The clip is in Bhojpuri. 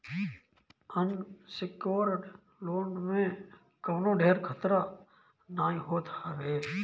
अनसिक्योर्ड लोन में कवनो ढेर खतरा नाइ होत हवे